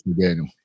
Daniel